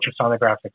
ultrasonographic